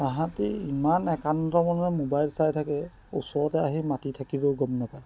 তাহাঁতি ইমান একান্তমনে মোবাইল চাই থাকে ওচৰতে আহি মাতি থাকিলেও গ'ম নাপায়